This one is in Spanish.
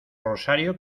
rosario